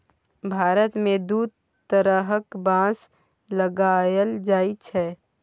भारत मे दु तरहक बाँस लगाएल जाइ छै